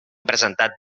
presentat